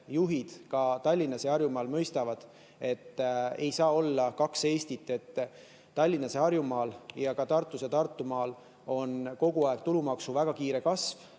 juhid ka Tallinnas ja Harjumaal mõistavad, et ei saa olla kaks Eestit, nii et Tallinnas ja Harjumaal ja ka Tartus ja Tartumaal on kogu aeg tulumaksu väga kiire kasv,